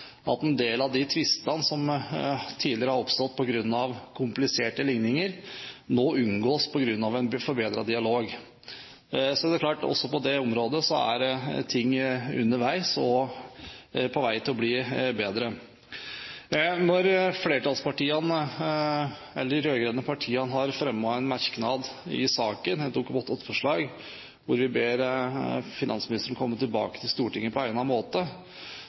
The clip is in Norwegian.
at en del av de tvistene som tidligere har oppstått på grunn av kompliserte ligninger, nå unngås på grunn av en forbedret dialog. Så det er klart at på det området er en underveis, og på vei til å bli bedre. Når de rød-grønne partiene har fremmet en merknad i saken, et Dokument 8-forslag, hvor vi ber finansministeren komme tilbake til Stortinget på egnet måte,